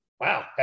Wow